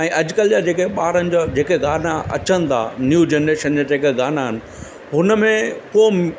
ऐं अॼुकल्ह जा जेके ॿारनि जा जेके गाना अचनि था नयू जनरेशन जा जेका गाना आहिनि हुन में को